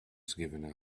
giving